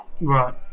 Right